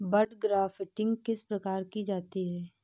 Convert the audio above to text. बड grafting किस प्रकार की जाती है?